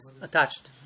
attached